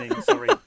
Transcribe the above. Sorry